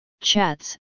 chats